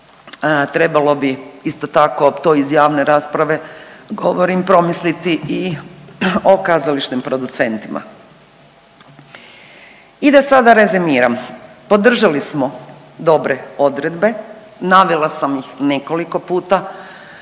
Trebalo bi isto tako, to iz javne rasprave govorim promisliti i o kazališnim producentima. I da sada rezimiram. Podržali smo dobre odredbe, navela sam ih nekoliko puta,